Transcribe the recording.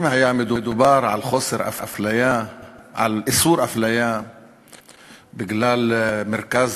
אם היה מדובר על איסור אפליה בגלל מרכז